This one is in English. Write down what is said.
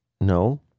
no